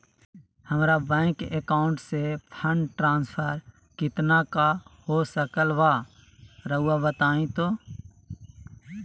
हमरा bank account से fund transfer कितना का हो सकल बा रुआ बताई तो?